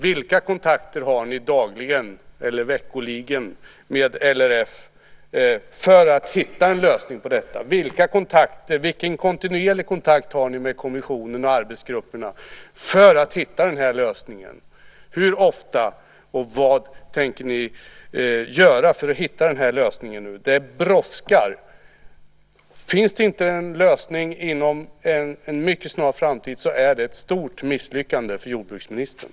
Vilka kontakter har ni dagligen eller varje vecka med LRF för att hitta en lösning på detta? Vilken kontinuerlig kontakt har ni med kommissionen och arbetsgrupperna för att hitta lösningen? Hur ofta? Och vad tänker ni göra för att hitta lösningen? Det brådskar! Finns det inte en lösning inom en mycket snar framtid är det ett stort misslyckande för jordbruksministern.